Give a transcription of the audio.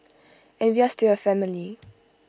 and we are still A family